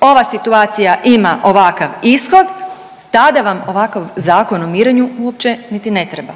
ova situacija ima ovakav ishod tada vam ovakav Zakon o mirenju uopće niti ne treba.